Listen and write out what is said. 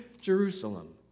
Jerusalem